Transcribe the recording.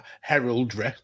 heraldry